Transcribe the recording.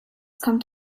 kommt